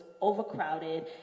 overcrowded